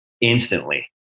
instantly